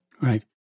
Right